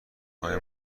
آیا